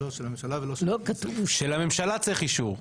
של הממשלה צריך אישור.